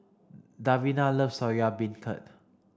Davina loves Soya Beancurd